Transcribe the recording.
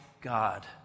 God